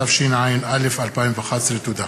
התשע"א 2011. תודה.